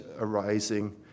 arising